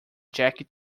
jackie